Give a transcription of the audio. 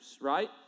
right